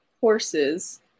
horses